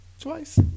twice